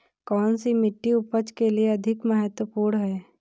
कौन सी मिट्टी उपज के लिए अधिक महत्वपूर्ण है?